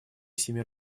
семей